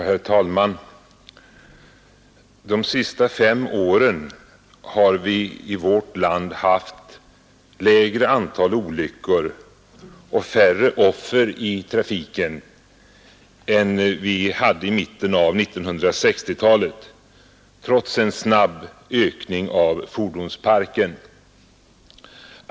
Herr talman! De senaste fem åren har vi i vårt land haft ett mindre antal olyckor och färre offer i trafiken än vi hade i mitten av 1960-talet, trots en snabb ökning av fordonsparken.